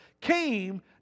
came